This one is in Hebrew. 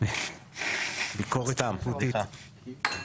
סתם בדיחה.